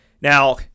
Now